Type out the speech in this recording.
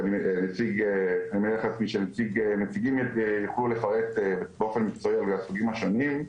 ואני מתאר לעצמי שהנציגים יוכלו לפרט באופן מקצועי על הסוגים השונים.